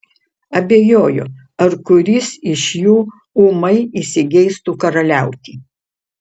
abejoju ar kuris iš jų ūmai įsigeistų karaliauti